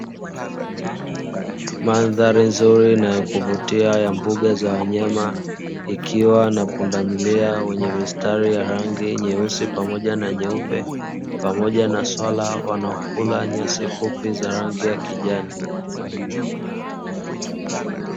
Mandhari nzuri na yakuvutia ya mbuga za wanyama ikiwa na punda milia wenye mistari ya rangi nyeusi pamoja na nyeupe, pamoja na swala wanaokula nyasi fupi za rangi ya kijani.